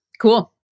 cool